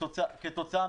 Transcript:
כתוצאה